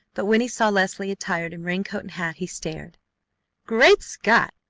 but when he saw leslie attired in raincoat and hat he stared great scott!